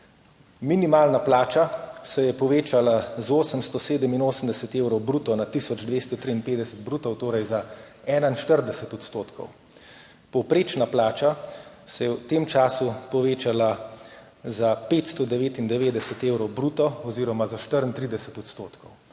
minimalna plača se je povečala z 887 evrov bruto na tisoč 253 bruto, torej za 41 %. Povprečna plača se je v tem času povečala za 599 evrov bruto oziroma za 34 %.